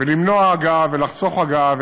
למנוע הגעה ולחסוך הגעה,